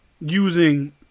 using